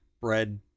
bread